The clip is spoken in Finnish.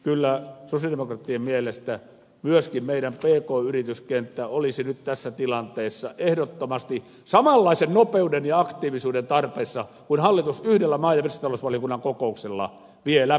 kyllä sosialidemokraattien mielestä myöskin meidän pk yrityskenttämme olisi nyt tässä tilanteessa ehdottomasti samanlaisen nopeuden ja aktiivisuuden tarpeessa kuin että hallitus yhdellä maa ja metsätalousvaliokunnan kokouksella vie läpi tämäntyyppisen